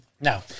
Now